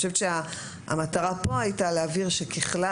אני חושבת שהמטרה פה הייתה להבהיר שכלל